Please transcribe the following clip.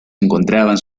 encontraban